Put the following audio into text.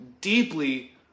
deeply